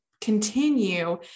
continue